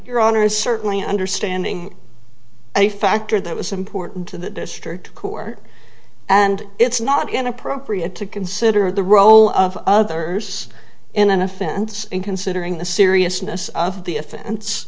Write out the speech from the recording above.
your honour's certainly understanding a factor that was important to the district court and it's not inappropriate to consider the role of others in an offense in considering the seriousness of the offense